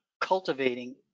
cultivating